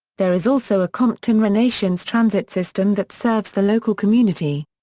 there is also a compton renaissance transit system that serves the local community.